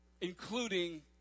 including